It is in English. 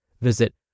Visit